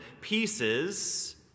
pieces